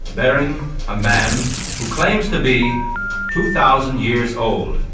bearing a man who claims to be two thousand years old.